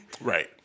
Right